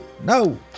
No